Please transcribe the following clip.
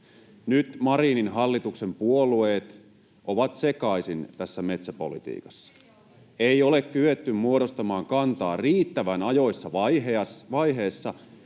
Nyt Marinin hallituksen puolueet ovat sekaisin tässä metsäpolitiikassa. [Vihreiden ryhmästä: Ei olla!] Ei ole kyetty muodostamaan kantaa riittävän aikaisessa vaiheessa